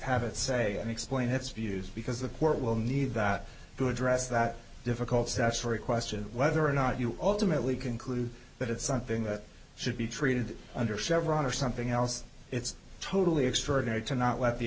and it's views because the court will need that to address that difficult statutory question whether or not you ultimately conclude that it's something that should be treated under chevron or something else it's totally extraordinary to not let the